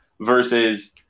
versus